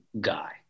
guy